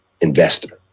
investor